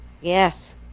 yes